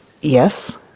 yes